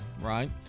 right